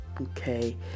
okay